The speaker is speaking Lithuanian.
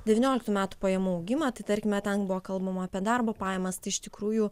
devynioliktų metų pajamų augimą tai tarkime ten buvo kalbama apie darbo pajamas iš tikrųjų